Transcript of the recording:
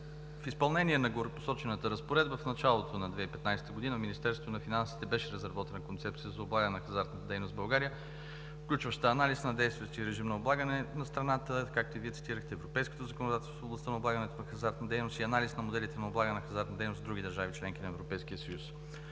В изпълнение на горепосочената разпоредба в началото на 2015 г. от Министерството на финансите беше разработена концепция за облагане на хазартната дейност в България, включваща анализ на действащия режим на облагане на страната, както и Вие цитирахте, европейското законодателство в областта на облагането на хазартната дейност и анализ на моделите на облагане на хазартната дейност в други държави – членки на Европейския съюз.